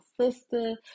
sister